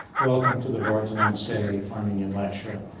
welcome to the vardanants day arminian lecture.